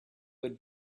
would